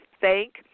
thank